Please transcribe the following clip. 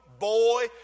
boy